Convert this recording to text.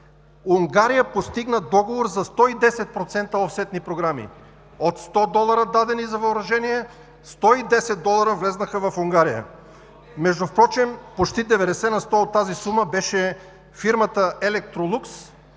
Унгария постигна договор за 110% офсетни програми. От 100 долара, дадени за въоръжение, 110 долара влязоха в Унгария. Впрочем почти 90 на сто от тази сума беше фирмата „Електролукс“,